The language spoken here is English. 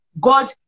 God